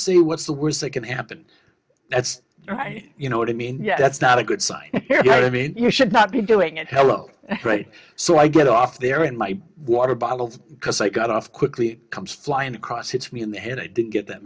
see what's the worst that can happen that's right you know what i mean that's not a good sign i mean you should not be doing it hello right so i get off there and my water bottles because i got off quickly comes flying across hits me in the head i didn't get that